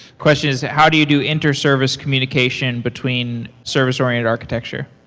question is how do you do inter-service communication between service oriented architecture?